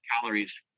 calories